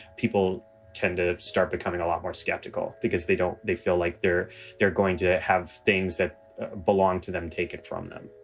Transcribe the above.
people tend to start becoming a lot more skeptical because they don't. they feel like they're they're going to have things that belong to them, take it from them